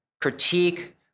critique